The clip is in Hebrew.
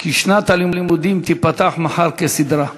כי שנת הלימודים תיפתח מחר כסדרה.